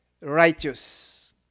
righteous